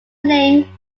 name